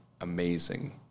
amazing